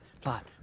plot